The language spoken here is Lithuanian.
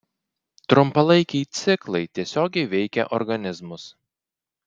trumpalaikiai ciklai tiesiogiai veikia organizmus